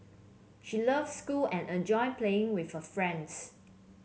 she loves school and enjoy playing with her friends